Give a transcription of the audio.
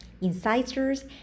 incisors